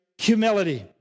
humility